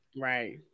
Right